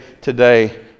today